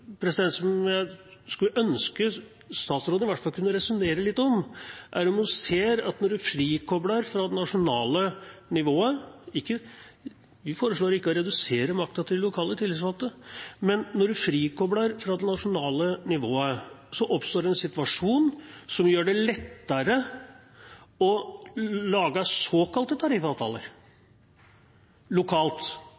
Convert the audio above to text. som jeg skulle ønske statsråden i hvert fall kunne resonnere litt rundt, var om hun ser at når hun frikobler fra det nasjonale nivået, oppstår det en situasjon som gjør det lettere å lage såkalte tariffavtaler lokalt og på den måten styrke det useriøse arbeidslivet. Det forundrer meg hvis statsråden ikke ser at det